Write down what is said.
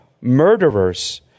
murderers